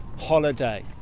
holiday